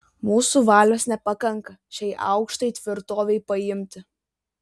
mūsų valios nepakanka šiai aukštai tvirtovei paimti